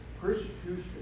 Persecution